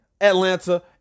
Atlanta